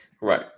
Right